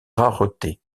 rareté